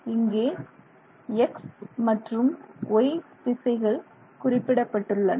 இங்கே X மற்றும் Y திசைகள் குறிப்பிடப்பட்டுள்ளன